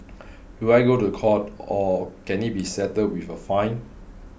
do I go to court or can it be settled with a fine